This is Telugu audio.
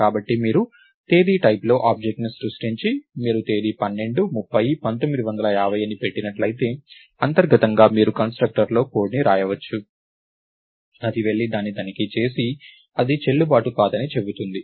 కాబట్టి మీరు తేదీ టైప్లో ఆబ్జెక్ట్ను సృష్టించి మీరు తేదీ 12 30 1950 అని పెట్టినట్లయితే అంతర్గతంగా మీరు కన్స్ట్రక్టర్లో కోడ్ని వ్రాయవచ్చు అది వెళ్లి దాన్ని తనిఖీ చేసి అది చెల్లుబాటు కాదని చెబుతుంది